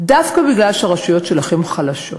דווקא בגלל שהרשויות שלכם חלשות